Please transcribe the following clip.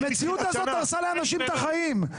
המציאות הזאת הרסה לאנשים את החיים.